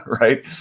right